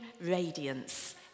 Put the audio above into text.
radiance